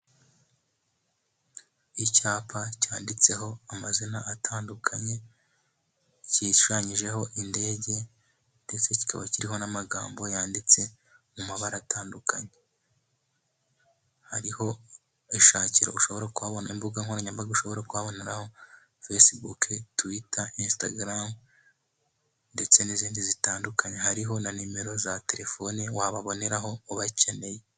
Icyapa cyanditseho amazina atandukanye gishushanyijeho indege, ndetse kikaba kiriho n'amagambo yanditse mu mabara atandukanye. Hariho ishakiro ushobora kubaboneraho, imbuga nkoranyambaga ushobora kubaboneraho fesibuku, twita, instagaramu, ndetse n'izindi zitandukanye, hariho na nimero za telefone wababoneraho ubakeneye.